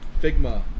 Figma